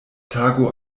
tago